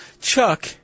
Chuck